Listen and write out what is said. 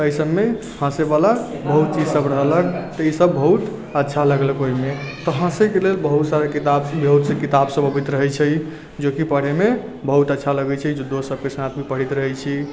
तऽ एहि सभमे हँसैवला बहुत चीज सभ रहलक तऽ ई सभ बहुत अच्छा लगलक ओहिमे तऽ हँसैके लेल बहुत सारा किताब भी होइ छै किताब सभ अबैत रहै छै जेकि पढ़ैमे बहुत अच्छा लगै छै जो दोस्त सभके साथ पढ़ैत रहै छी